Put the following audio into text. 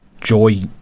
joy